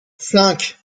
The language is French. cinq